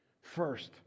first